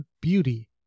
beauty